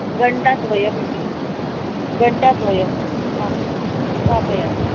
घण्टाद्वयमिति घण्टाद्वयम् आं स्थापयामि